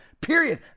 Period